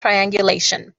triangulation